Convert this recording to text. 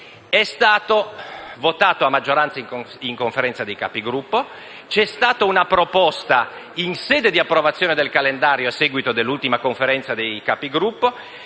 è stato votato a maggioranza in Conferenza dei Capigruppo. In sede di approvazione del calendario a seguito dell'ultima Conferenza dei Capigruppo